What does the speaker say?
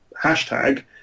hashtag